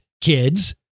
kids